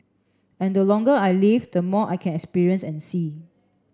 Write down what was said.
and the longer I live the more I can experience and see